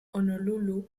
honolulu